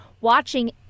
watching